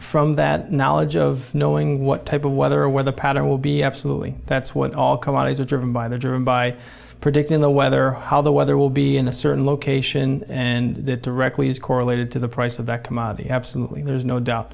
from that knowledge of knowing what type of weather a weather pattern will be absolutely that's what all commodities are driven by the germ by predicting the weather how the weather will be in a certain location and that directly is correlated to the price of that commodity absolutely there's no doubt